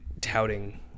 touting